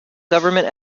government